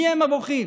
מיהם הבוכים?